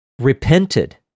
repented